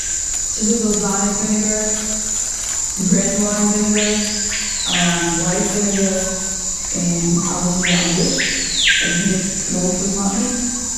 ס'איז דא וועלזאניג וויניגער, רעד וויין וויניגער, ווייט וויניגער, און אלעס איז אנדערש און מ'נעמט לויט וואס מ'האט ליב.